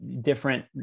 different